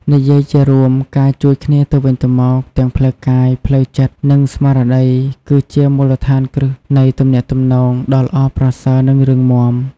និយាយជារួម ការជួយគ្នាទៅវិញទៅមក ទាំងផ្លូវកាយ ផ្លូវចិត្ត និងស្មារតី គឺជាមូលដ្ឋានគ្រឹះនៃទំនាក់ទំនងដ៏ល្អប្រសើរ និងរឹងមាំ។